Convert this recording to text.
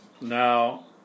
Now